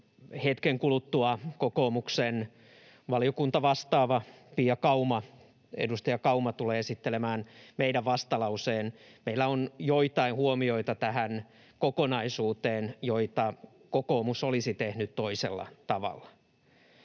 hetken kuluttua kokoomuksen valiokuntavastaava, edustaja Pia Kauma tulee esittelemään meidän vastalauseemme. Meillä on tähän kokonaisuuteen joitakin huomioita, mitä kokoomus olisi tehnyt toisella tavalla.